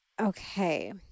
Okay